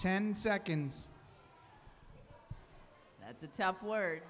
ten seconds that's a tough word